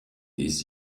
des